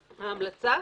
ההמלצה.